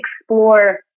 explore